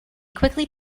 quickly